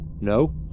No